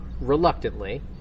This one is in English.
reluctantly